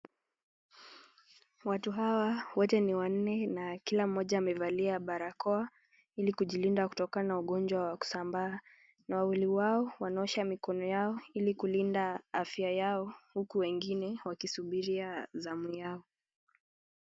Watu hawa wote ni wanne na kila mmoja amevalia barakoa ili kujilinda kutokana na ugonjwa wa kusambaa na wawili wao wanaosha mikono yao ili kulinda afya yao huku wengine wakisubiria zamu yao.